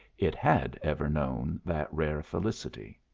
it had ever known that rare felicity.